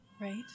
right